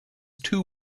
two